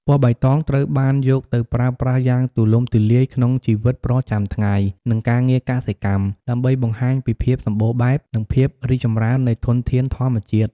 ពណ៌បៃតងត្រូវបានយកទៅប្រើប្រាស់យ៉ាងទូលំទូលាយក្នុងជីវិតប្រចាំថ្ងៃ និងការងារកសិកម្ម ដើម្បីបង្ហាញពីភាពសម្បូរបែប និងភាពរីកចម្រើននៃធនធានធម្មជាតិ។